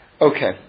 Okay